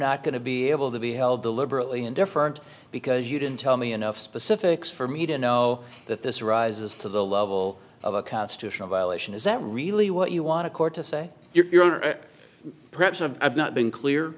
not going to be able to be held deliberately indifferent because you didn't tell me enough specifics for me to know that this rises to the level of a constitutional violation is that really what you want a court to say you are perhaps a i've not been clear